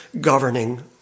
governing